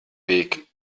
weg